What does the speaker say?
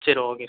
சரி okay sir